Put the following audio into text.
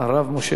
הרב משה